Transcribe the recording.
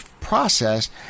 process